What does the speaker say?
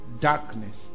darkness